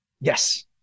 Yes